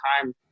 time